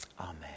Amen